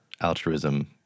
altruism